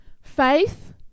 Faith